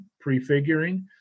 prefiguring